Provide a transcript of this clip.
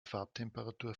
farbtemperatur